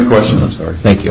questions are thank you